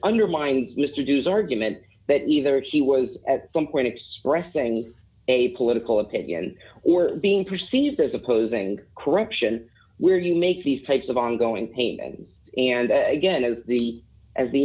undermined mr dews argument that either he was at some point expressing a political opinion or being perceived as opposing corruption where to make these types of ongoing pain and and again as the as the